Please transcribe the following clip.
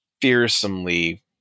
fearsomely